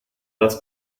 das